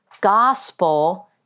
gospel